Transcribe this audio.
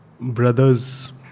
Brothers